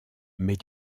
mais